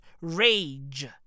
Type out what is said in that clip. rage